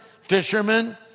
fishermen